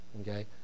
okay